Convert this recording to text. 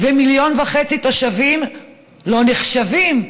ומיליון וחצי תושבים לא נחשבים.